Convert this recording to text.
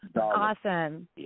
Awesome